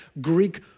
Greek